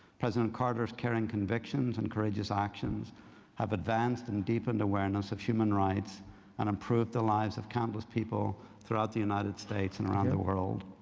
president carter's caring convictions and courageous actions have advanced and deepened awareness of human rights and improved the lives of countless people throughout the united states and around the world.